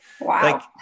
Wow